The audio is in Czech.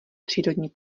přírodní